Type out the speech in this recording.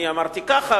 אני אמרתי ככה,